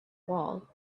wall